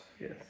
Yes